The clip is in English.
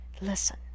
listen